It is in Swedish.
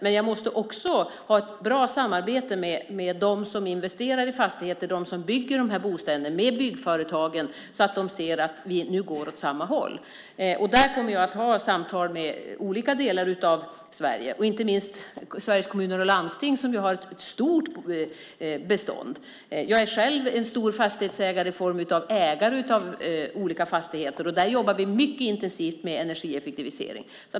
Men jag måste också ha ett bra samarbete med dem som investerar i fastigheter, med dem som bygger bostäderna, med byggföretagen, så att de ser att vi går åt samma håll. Där kommer jag att ha samtal med olika delar av Sverige, inte minst Sveriges Kommuner och Landsting, som har ett stort bestånd. Jag är själv en stor fastighetsägare, i form av ägare av olika fastigheter, och där jobbar vi mycket intensivt med energieffektivisering.